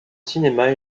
cinéma